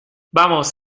vamos